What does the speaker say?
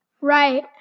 Right